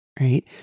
right